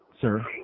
sir